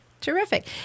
Terrific